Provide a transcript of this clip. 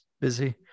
busy